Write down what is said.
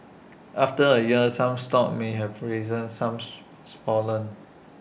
after A year some stocks may have risen some fallen